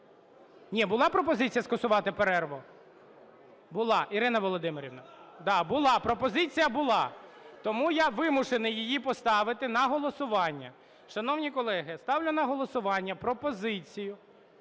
Ні, була пропозиція скасувати перерву? Була, Ірина Володимирівна? Да, була, пропозиція була. Тому я вимушений її поставити на голосування. Шановні колеги, ставлю на голосування пропозицію…